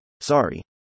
Sorry